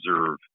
observe